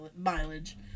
mileage